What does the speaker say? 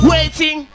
Waiting